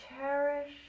cherish